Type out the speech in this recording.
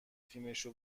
تیمشو